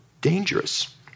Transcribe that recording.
dangerous